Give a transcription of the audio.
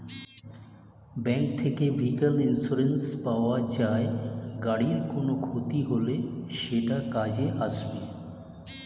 bank থেকে vehicle insurance পাওয়া যায়, গাড়ির কোনো ক্ষতি হলে সেটা কাজে আসবে